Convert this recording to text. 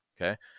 okay